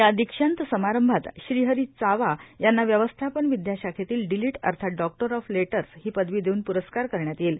या दीक्षांत समारंभात श्रीहरी चावा यांना व्यवस्थापन विद्याशाखेतील डिलीट अर्थात डॉक्टर ऑफ लेटर्स ही पदवी देऊन पुरस्कार करण्यात येईल